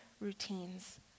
routines